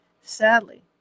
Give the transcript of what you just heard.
Sadly